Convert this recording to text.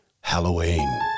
Halloween